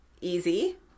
Easy